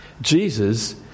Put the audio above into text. Jesus